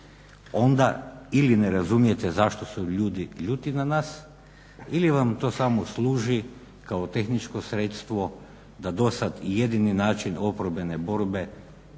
Onda ili ne razumijete zašto su ljudi ljuti na nas ili vam to samo služi kao tehničko sredstvo, da dosad i jedini način oporbene borbe, a